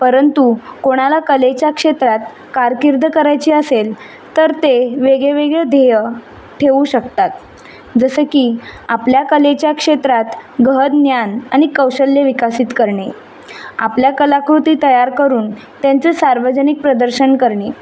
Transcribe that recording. परंतु कोणाला कलेच्या क्षेत्रात कारकीर्द करायची असेल तर ते वेगळे वेगळे ध्येय ठेवू शकतात जसं की आपल्या कलेच्या क्षेत्रात गहन ज्ञान आणि कौशल्य विकासित करणे आपल्या कलाकृती तयार करून त्यांचं सार्वजनिक प्रदर्शन करणे